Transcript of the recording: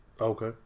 Okay